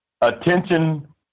attention